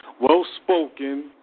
Well-Spoken